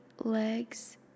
legs